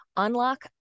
unlock